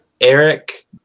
eric